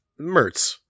Mertz